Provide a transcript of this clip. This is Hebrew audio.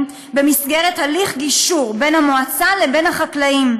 במסגרת הליך גישור בין המועצה לבין החקלאים,